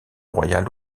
royale